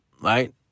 right